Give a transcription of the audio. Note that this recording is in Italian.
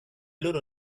loro